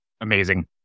amazing